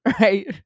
right